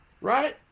right